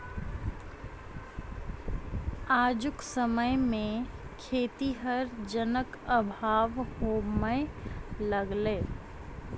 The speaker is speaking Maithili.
आजुक समय मे खेतीहर जनक अभाव होमय लगलै